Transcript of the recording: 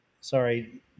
sorry